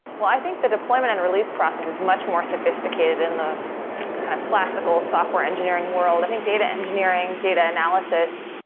well, i think the deployment and release process is much more sophisticated in the kind of classical software engineering world. i think data engineering, data analysis,